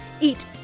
eat